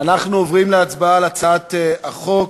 אנחנו עוברים להצבעה על הצעת החוק,